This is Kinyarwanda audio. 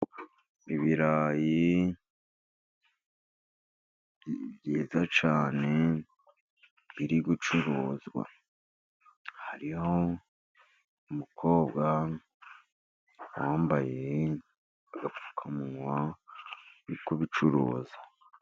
Ibirayi byiza cyane biri gucuruzwa. Hariho umukobwa wambaye agapfukamunwa, uri kubicuruza.